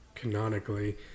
canonically